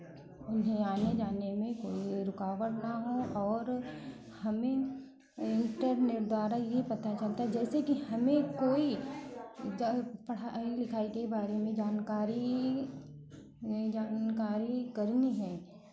उन्हें आने जाने में कोई रुकावट ना हो और हमें इंटरनेट द्वारा ये पता चलता है जैसे कि हमें कोई पढ़ाई लिखाई के ही बारे में जानकारी ये जानकारी करनी है